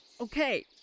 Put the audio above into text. okay